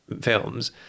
films